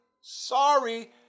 Sorry